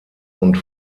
und